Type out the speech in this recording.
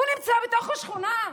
נמצא בתוך השכונה.